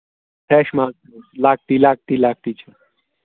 fresh مال لۄکٹی لۄکٹی لۄکٹی چھِ